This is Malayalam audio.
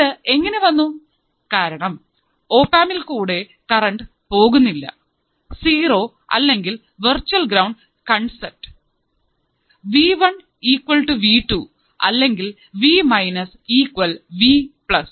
ഇത് എങ്ങനെ വന്നു കാരണം ഓപ്ആമ്പ് ഇൽ കൂടെ കറന്റ് പോകുന്നില്ല സീറോ അല്ലെങ്കിൽ virtual ground concept V one equal V two അല്ലെങ്കിൽ V minus equal V plus